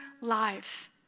lives